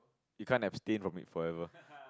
you can't abstain from it forever